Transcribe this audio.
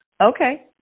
okay